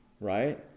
right